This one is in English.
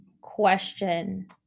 question